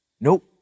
Nope